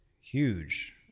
huge